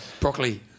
broccoli